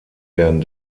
werden